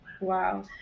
Wow